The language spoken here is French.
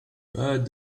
pas